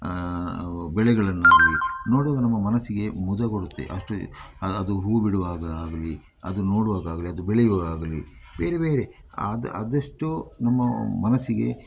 ಬೆಳೆಗಳನ್ನಾಗಲಿ ನೋಡುವಾಗ ನಮ್ಮ ಮನಸ್ಸಿಗೆ ಮುದ ಕೊಡುತ್ತೆ ಅಷ್ಟೆ ಅಲ್ಲಿ ಅದು ಹೂವು ಬಿಡುವಾಗ ಆಗಲಿ ಅದು ನೋಡುವಾಗ ಆಗಲಿ ಅದು ಬೆಳೆವಾಗ ಆಗಲಿ ಬೇರೆ ಬೇರೆ ಆದ್ ಆದಷ್ಟು ನಮ್ಮ ಮನಸ್ಸಿಗೆ